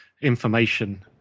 information